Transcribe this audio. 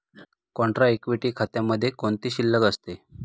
Contra equity खात्यामध्ये कोणती शिल्लक असते?